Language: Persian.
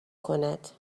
کند